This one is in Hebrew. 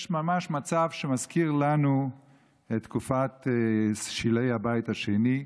יש ממש מצב שמזכיר לנו את תקופת שלהי הבית השני,